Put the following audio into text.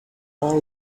all